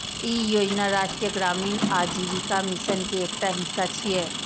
ई योजना राष्ट्रीय ग्रामीण आजीविका मिशन के एकटा हिस्सा छियै